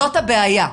זאת הבעיה.